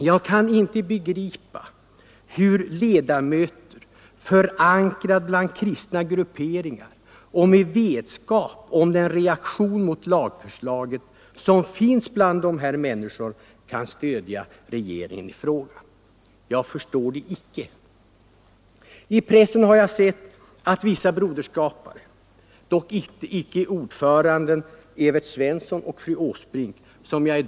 Jag kan inte förstå hur ledamöter som har en förankring bland kristna grupperingar och som, med vetskap om den reaktion mot lagförslaget som finns bland kristna grupper, ändå kan stödja regeringens förslag. I pressen har jag läst att vissa broderskapare här i kammaren, det gäller icke ordföranden herr Svensson i Kungälv och fru Åsbrink, försvarar förslaget om fri abort.